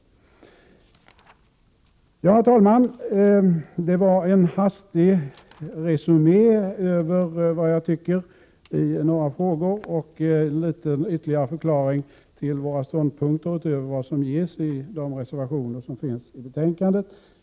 Herr talman! Det var en hastig resumé över vad jag tycker i några frågor och även ytterligare förklaringar till våra ståndpunkter utöver vad som ges i de av oss biträdda reservationer som finns fogade till betänkandet.